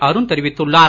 அருண் தெரிவித்துள்ளார்